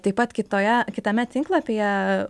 taip pat kitoje kitame tinklapyje